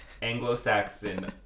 Anglo-Saxon